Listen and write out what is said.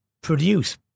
produce